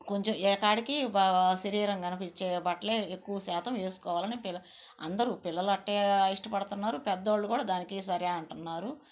కొంచెం ఏ కాడికి శరీరం కనిపించే బట్టలే ఎక్కువశాతం ఏసుకోవాలని పిల్లలు అందరు పిల్లలు అట్టే ఇష్టపడుతున్నారు పెద్దవాళ్ళు కూడ దానికే సరే అంటున్నారు